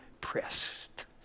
pressed